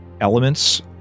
elements